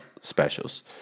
specials